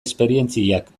esperientziak